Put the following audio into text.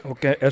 Okay